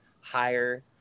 higher